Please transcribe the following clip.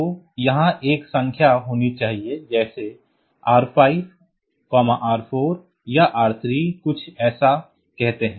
तो यहाँ एक संख्या होनी चाहिए जैसे R5 R4 या R3 कुछ ऐसा कहते हैं